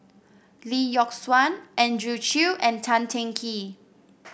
Lee Yock Suan Andrew Chew and Tan Teng Kee